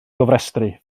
gofrestru